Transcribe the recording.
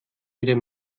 wieder